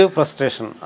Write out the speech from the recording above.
Frustration